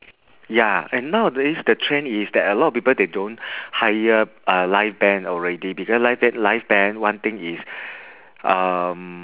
ya and nowadays the trend is that a lot of people they don't hire uh live band already because live band live band one thing is um